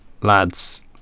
Lads